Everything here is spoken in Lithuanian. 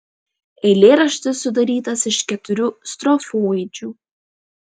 eilėraštis sudarytas iš keturių strofoidžių